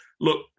look